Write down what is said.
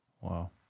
Wow